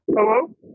Hello